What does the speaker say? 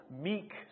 meek